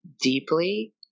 Deeply